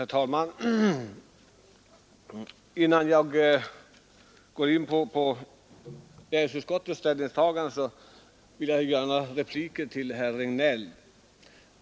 Herr talman! Innan jag går in på näringsutskottets ställningstagande vill jag ge ett par repliker till herr Regnéll.